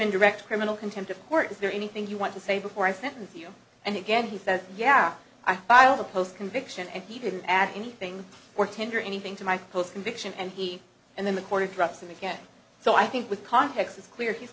in direct criminal contempt of court is there anything you want to say before i send you and again he says yeah i filed a post conviction and he didn't add anything more tender anything to my post conviction and he and then the court addressed him again so i think with context it's clear he's